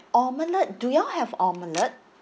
omelette do you all have omelette